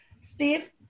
steve